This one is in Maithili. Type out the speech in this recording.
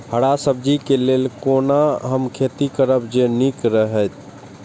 हरा सब्जी के लेल कोना हम खेती करब जे नीक रहैत?